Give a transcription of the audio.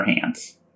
hands